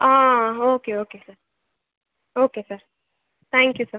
okay okay sir okay sir thank you sir